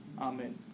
Amen